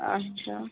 اَچھا